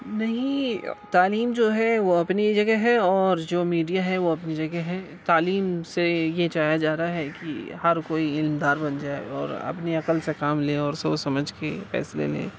نہیں تعلیم جو ہے وہ اپنی جگہ ہے اور جو میڈیا ہے وہ اپنی جگہ ہے تعلیم سے یہ چاہا جا رہا ہے کہ ہر کوئی علم دار بن جائے اور اپنی عقل سے کام لے اور سوچ سمجھ کے فیصلے لے